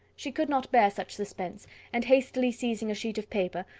she could not bear such suspense and hastily seizing a sheet of paper,